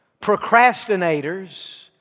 procrastinators